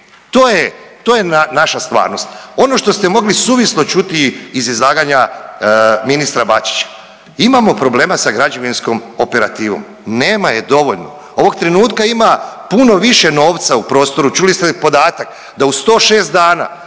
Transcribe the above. to je naša stvarnost. Ono što ste mogli suvislo čuti iz izlaganja ministra Bačića, imao problema sa građevinskom operativom, nema je dovoljno. Ovog trenutka ima puno više novca u prostoru, čuli ste podatak da u 106 dana